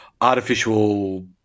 artificial